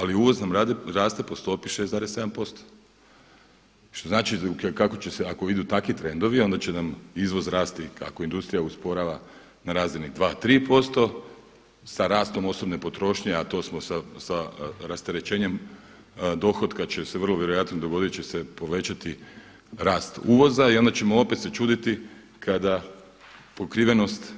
Ali uvoz nam raste po stopi 6,7% što znači kako će se ako idu takvi trendovi, onda će nam izvoz rasti ako industrija usporava na razini 2, 5% sa rastom osobne potrošnje a to smo sa rasterećenjem dohotka će se vrlo vjerojatno dogoditi povećati rast uvoza i onda ćemo opet sačuvati kada pokrivenost